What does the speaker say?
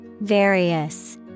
Various